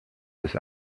des